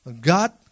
God